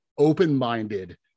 open-minded